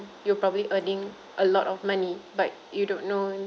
you're probably earning a lot of money but you don't know in